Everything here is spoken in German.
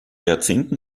jahrzehnten